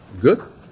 Good